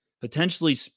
potentially